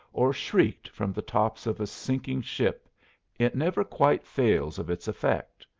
or shrieked from the tops of a sinking ship it never quite fails of its effect.